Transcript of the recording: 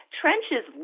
trenches